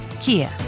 Kia